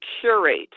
curate